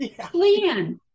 plan